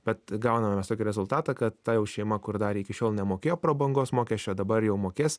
bet gauname mes tokį rezultatą kad ta jau šeima kur dar iki šiol nemokėjo prabangos mokesčio dabar jau mokės